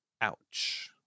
Ouch